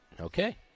Okay